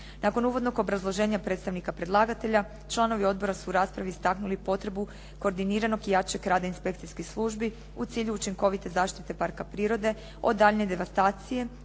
Nakon uvodnog obrazloženja predstavnika predlagatelja članovi odbora su u raspravi istaknuli potrebu koordiniranog i jačeg rada inspekcijskih službi u cilju učinkovite zaštite parka prirode od daljnje devastacije